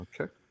Okay